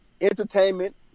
entertainment